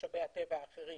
ממשאבי הטבע האחרים,